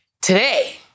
Today